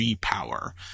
power